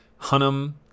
Hunnam